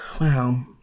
Wow